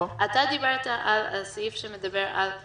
אתה דיברת על הסעיף שמדבר על מה